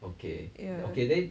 ya